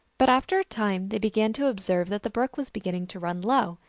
but after a time they began to observe that the brook was beginning to run low,